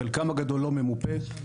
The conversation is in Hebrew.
חלקן הגדול לא ממופה.